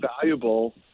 valuable